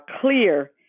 clear